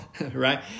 right